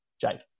Jake